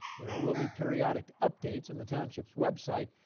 there will be periodic updates on the township's website.